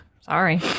Sorry